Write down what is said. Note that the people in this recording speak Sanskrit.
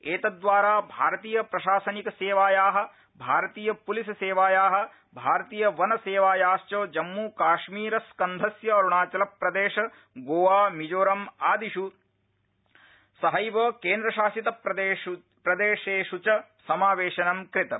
एतद्वारा भारतीय प्रशासनिकसेवाया भारतीय प्लिस सेवाया भारतीय वनसेवायाश्च जम्मू काश्मीर स्कन्धस्य अरूणाचल प्रदेश गोआ मिजोरम आदिष् केन्द्रशासित प्रदेशेष् च समावेशनं कृतम्